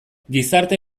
gizarte